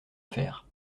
faire